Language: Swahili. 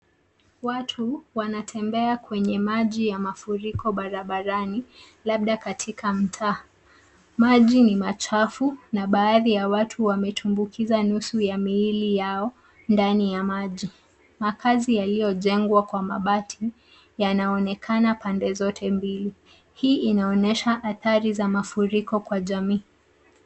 Watu wanatembea kwenye maji ya mafuriko barabarani labda katika mtaa. Maji ni machafu na baadhi ya watu wametumbukiza nusu ya miili yao ndani ya maji. Makazi yaliyojengwa kwa mabati yanaonekana pande zote mbili. Hii inaonyesha athari za mafuriko kwa jamii.